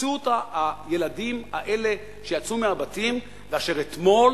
פוצצו אותה הילדים האלה שיצאו מהבתים ואשר אתמול